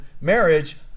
marriage